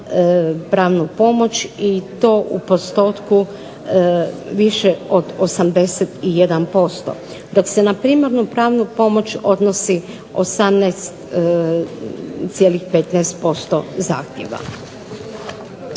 pravnu pomoć i to u postotku od 81%. Dok se na primarnu pravnu pomoć odnosi 18,15% zahtjeva.